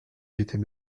j’étais